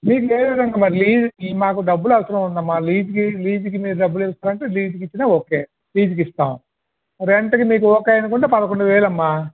మీకు ఏ విధంగా మరీ లీజ్ మాకు డబ్బులు అవసరం ఉందమ్మా లీజ్కి మీరు డబ్బులు ఇస్తాను అంటే లీజ్కి ఇచ్చిన ఓకే లీజ్కి ఇస్తాము రెంట్కి మీకు ఓకే అనుకుంటే పదకొండువేలు అమ్మా